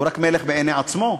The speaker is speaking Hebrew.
הוא רק מלך בעיני עצמו,